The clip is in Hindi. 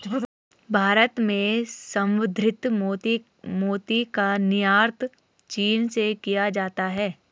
भारत में संवर्धित मोती का निर्यात चीन से किया जाता है